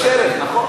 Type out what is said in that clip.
שרשרת, נכון.